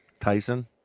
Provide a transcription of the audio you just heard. Tyson